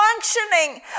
functioning